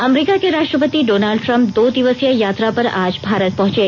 अमरीका के राष्ट्रपति Donald Trump दो दिवसीय यात्रा पर आज भारत पहुंचे